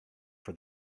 for